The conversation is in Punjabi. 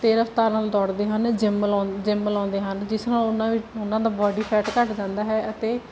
ਅਤੇ ਰਫਤਾਰ ਨਾਲ ਦੌੜਦੇ ਹਨ ਜਿੰਮ ਲਾਉਂ ਜਿੰਮ ਲਾਉਂਦੇ ਹਨ ਜਿਸ ਨਾਲ ਉਹਨਾਂ ਉਹਨਾਂ ਦਾ ਬੋਡੀ ਫੈਟ ਘੱਟ ਜਾਂਦਾ ਹੈ ਅਤੇ